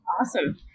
Awesome